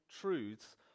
truths